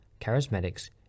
Charismatics